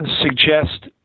suggest